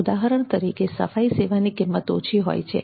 ઉદાહરણ તરીકે સફાઈ સેવાની કિંમત ઓછી હોય છે